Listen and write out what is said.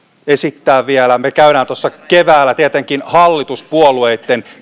esittää vielä me käymme keväällä tietenkin hallituspuolueitten